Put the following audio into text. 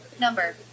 Number